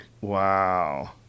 Wow